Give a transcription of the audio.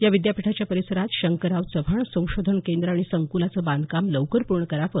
या विद्यापीठाच्या परिसरारात शंकरराव चव्हाण संशोधन केंद्र आणि संकलाचे बांधकाम लवकर पूर्ण करावे